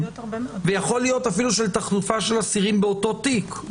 ויכול להיות אפילו תחלופה של אסירים באותו תיק,